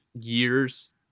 years